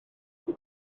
bydd